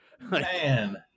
Man